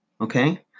okay